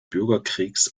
bürgerkriegs